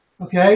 Okay